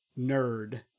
Nerd